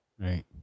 Right